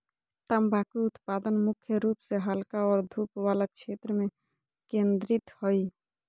तम्बाकू उत्पादन मुख्य रूप से हल्का और धूप वला क्षेत्र में केंद्रित हइ